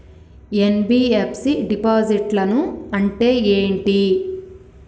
NBFC డిపాజిట్లను అంటే ఏంటి?